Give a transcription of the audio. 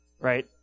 right